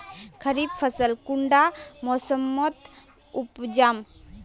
खरीफ फसल कुंडा मोसमोत उपजाम?